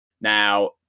Now